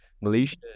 Malaysia